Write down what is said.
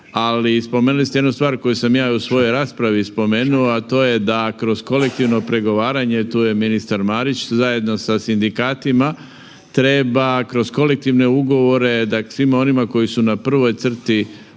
Ali spomenuli ste jednu stvar koju sam ja i u svojoj raspravi spomenuo, a to je da kroz kolektivno pregovaranje, tu je ministar Marić, zajedno sa sindikatima treba kroz kolektivne ugovore, dakle svima onima koji su na prvoj crti